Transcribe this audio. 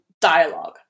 dialogue